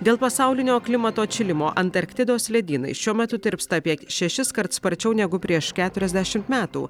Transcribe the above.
dėl pasaulinio klimato atšilimo antarktidos ledynai šiuo metu tirpsta apie šešiskart sparčiau negu prieš keturiasdešimt metų